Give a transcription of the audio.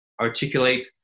articulate